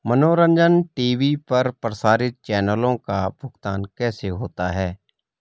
मनोरंजन टी.वी पर प्रसारित चैनलों का भुगतान कैसे होता है?